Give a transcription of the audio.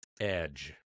edge